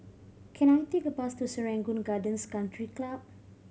can I take a bus to Serangoon Gardens Country Club